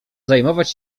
zajmować